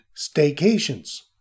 Staycations